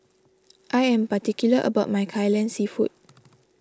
I am particular about my Kai Lan Seafood